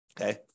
Okay